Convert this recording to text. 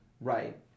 Right